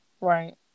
Right